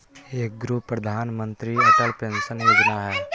एगो प्रधानमंत्री अटल पेंसन योजना है?